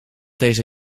deze